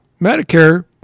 Medicare